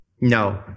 No